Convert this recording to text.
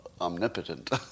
omnipotent